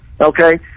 Okay